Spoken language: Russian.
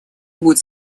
будет